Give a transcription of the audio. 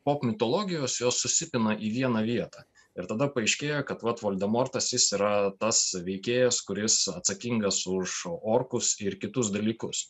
pop mitologijos jos susipina į vieną vietą ir tada paaiškėja kad vat voldemortas jis yra tas veikėjas kuris atsakingas už orkus ir kitus dalykus